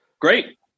Great